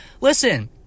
listen